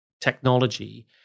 technology